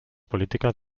políticas